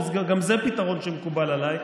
וגם זה פתרון שמקובל עליי,